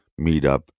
meetup